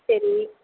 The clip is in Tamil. சரி